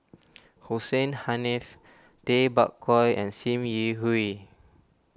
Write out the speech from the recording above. Hussein Haniff Tay Bak Koi and Sim Yi Hui